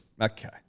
Okay